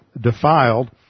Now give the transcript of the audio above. defiled